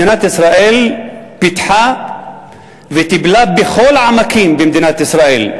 מדינת ישראל פיתחה וטיפלה בכל העמקים במדינת ישראל,